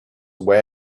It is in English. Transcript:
away